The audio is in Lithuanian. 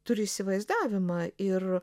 turi įsivaizdavimą ir